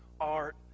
art